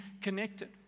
connected